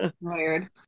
weird